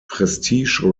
prestige